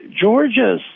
Georgia